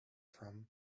from